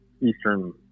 Eastern